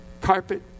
carpet